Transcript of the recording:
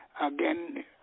again